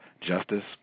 Justice